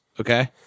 okay